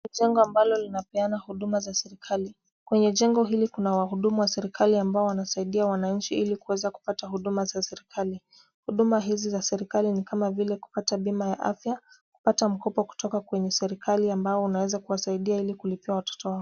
Jengo ambalo linapeana huduma za serikali. Kwenye jengo hili kuna wahudumu wa serikali ambao wanasaidia wananchi ili kuweza kupata huduma za serikali. Huduma hizi za serikali nikama vile kupata bima ya afya, kupata mkopo kutoka kwenye serikali ambao unaweza kuwasaidia kulipia watoto wao.